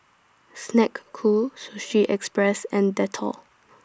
Snek Ku Sushi Express and Dettol